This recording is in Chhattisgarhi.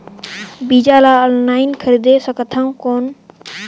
बीजा ला ऑनलाइन खरीदे सकथव कौन?